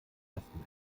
ersten